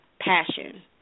passion